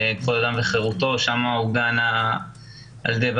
כבוד האדם וחירותו, שם עוגן המקום